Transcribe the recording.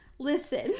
Listen